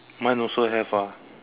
mine also have ah